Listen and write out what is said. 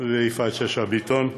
ויפעת שאשא ביטון,